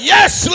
Yes